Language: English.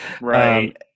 right